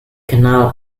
canal